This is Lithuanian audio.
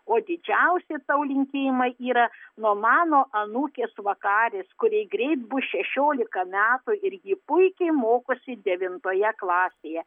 o didžiausi tau linkėjimai yra nuo mano anūkės vakarės kuriai greit bus šešiolika metų ir ji puikiai mokosi devintoje klasėje